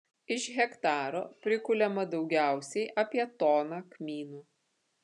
iš hektaro prikuliama daugiausiai apie toną kmynų